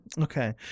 Okay